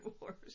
Wars